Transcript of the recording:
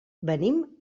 venim